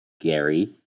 Gary